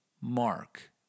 mark